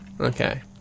Okay